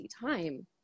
time